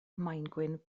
maengwyn